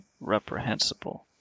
reprehensible